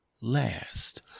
last